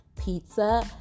pizza